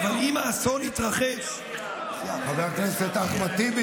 אבל אם האסון יתרחש, חבר הכנסת אחמד טיבי.